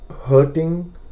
Hurting